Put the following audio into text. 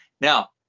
Now